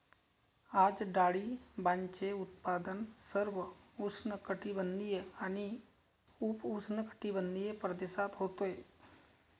आज डाळिंबाचे उत्पादन सर्व उष्णकटिबंधीय आणि उपउष्णकटिबंधीय प्रदेशात होते